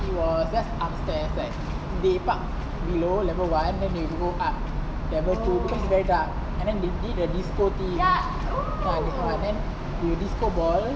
he was just upstairs like they park below level one then they go up level two because is very dark and then they did the disco theme ya with disco ball